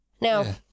Now